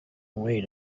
way